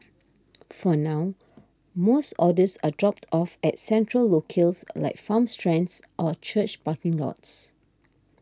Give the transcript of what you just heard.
for now most orders are dropped off at central locales like farm stands or church parking lots